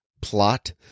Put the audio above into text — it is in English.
plot